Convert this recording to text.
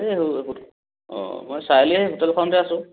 এই অঁ মই চাৰিআলি হোটেলখনতে আছোঁ